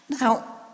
now